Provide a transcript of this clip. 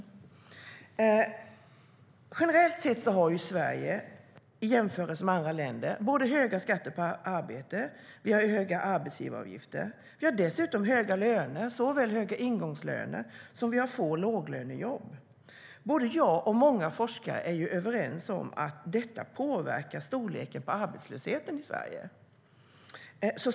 I jämförelse med andra länder har Sverige generellt sett höga skatter på arbete och höga arbetsgivaravgifter. Vi har dessutom höga löner, höga ingångslöner och få låglönejobb. Jag och många forskare är överens om att det påverkar storleken på arbetslösheten i Sverige.